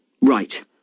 Right